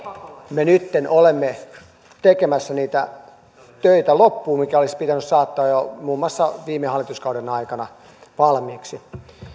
me nytten olemme tekemässä niitä töitä loppuun mitkä olisi pitänyt saattaa jo muun muassa viime hallituskauden aikana valmiiksi